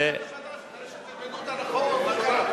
אחרי,